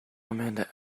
amanda